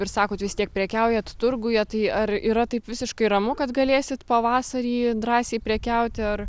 ir sakot vis tiek prekiaujat turguje tai ar yra taip visiškai ramu kad galėsit pavasarį drąsiai prekiauti ar